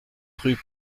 rue